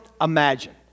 imagine